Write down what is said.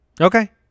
okay